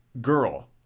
girl